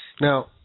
Now